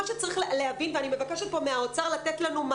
אני מבקשת להתייחס לדיון שהיה שלשום בנוגע לילדים החולים.